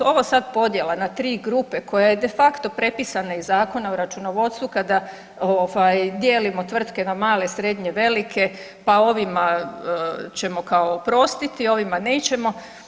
Ova sad podjela na tri grupe koja je de facto prepisana iz Zakona o računovodstvu, kada dijelimo tvrtke na male, srednje, velike, pa ovima ćemo kao oprostiti, ovima nećemo.